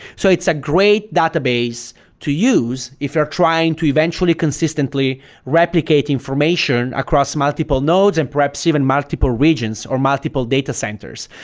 so it's a great database to use if you're trying to eventually consistently replicate information across multiple nodes and perhaps even multiple regions or multiple data centers.